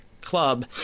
club